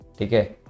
okay